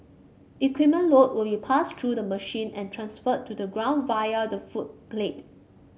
equipment load will be passed through the machine and transferred to the ground via the footplate